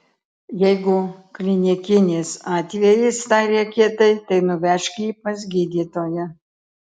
jeigu klinikinis atvejis tarė kietai tai nuvežk jį pas gydytoją